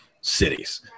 cities